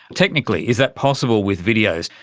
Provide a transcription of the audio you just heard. technically is that possible with videos,